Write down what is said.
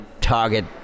target